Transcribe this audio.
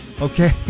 Okay